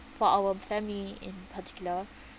for our family in particular